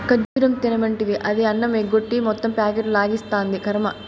ఖజ్జూరం తినమంటివి, అది అన్నమెగ్గొట్టి మొత్తం ప్యాకెట్లు లాగిస్తాంది, కర్మ